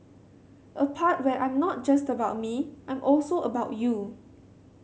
a part where I'm not just about me I'm also about you